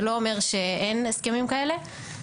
זה לא אומר שאין הסכמים כאלה,